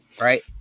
right